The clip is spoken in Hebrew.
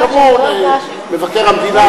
קבעו שמבקר המדינה,